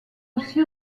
aussi